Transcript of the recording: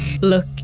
Look